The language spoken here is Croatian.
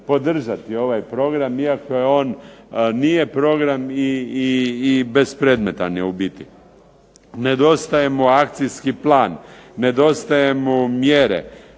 podržati ovaj program iako je on nije program i bespredmetan je u biti. Nedostaje mu akcijski plan, nedostaje mu mjere.